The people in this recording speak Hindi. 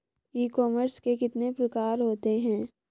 ई कॉमर्स के कितने प्रकार होते हैं?